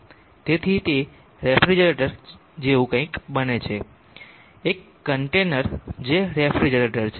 તેથી તે રેફ્રિજરેટર જેવું કંઇક બને છે એક કન્ટેનર જે રેફ્રિજરેટર છે